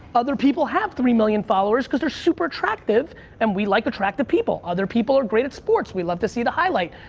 other people have three million followers cuz they're super attractive and we like attractive people. other people are great at sports. we love to see the highlight.